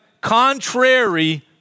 contrary